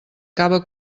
cava